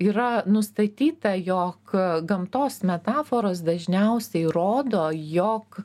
yra nustatyta jog gamtos metaforos dažniausiai rodo jog